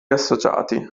associati